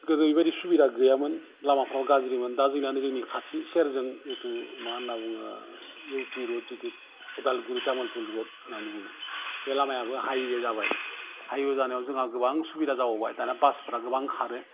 गोदो बिदि सुबिदा गैयामोन लामाफ्रा गाज्रि दा जोंना नै जोंनि खाथि सेरजों जेथु मा होना बुङो इउटि जिडि रड जेथु अदालगुरि थामुलफुर रड होनानै बुङो बे लामायाबो हाइवे जाबाय हाइवे जानायाव जोंहा गोबां सुबिदा जाबावबाय दाना बासफोरा गोबां खारो